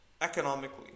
economically